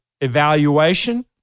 evaluation